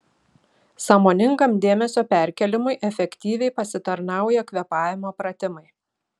sąmoningam dėmesio perkėlimui efektyviai pasitarnauja kvėpavimo pratimai